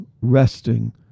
resting